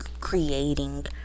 creating